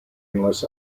unless